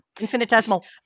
Infinitesimal